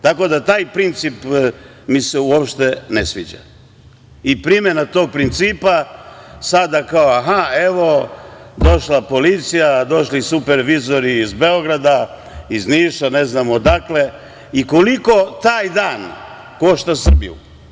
Tako da, taj princip mi se uopšte ne sviđa i primena tog principa sada, kao, aha, evo došla policija, došli i supervizori iz Beograda, iz Niša, ne znam odakle, i koliko taj dan košta Srbiju?